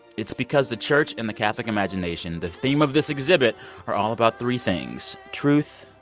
it's because the church in the catholic imagination the theme of this exhibit are all about three things truth,